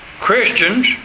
Christians